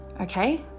okay